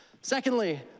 Secondly